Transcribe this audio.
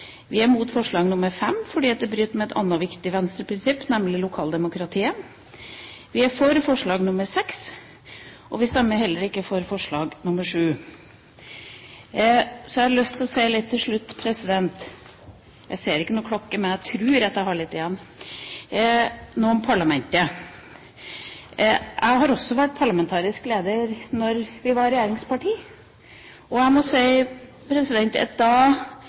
Vi er imot forslag nr. 5 fordi det bryter med et annet viktig Venstre-prinsipp, nemlig lokaldemokratiet. Vi er for forslag nr. 6, men vi stemmer ikke for forslag nr. 7. Så har jeg lyst til å si litt til slutt – jeg ser ingen klokke, men jeg tror at jeg har litt tid igjen – om parlamentet. Jeg har også vært parlamentarisk leder da Venstre var regjeringsparti. Da